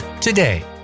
today